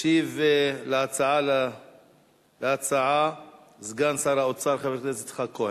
ישיב על הצעה סגן שר האוצר, חבר הכנסת יצחק כהן.